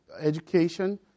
education